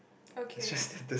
okay